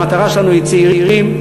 והמטרה שלנו היא צעירים.